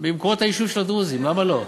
במקומות היישוב של הדרוזים, למה לא?